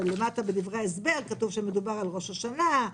ולמטה בדברי ההסבר כתוב שמדובר על ראש השנה,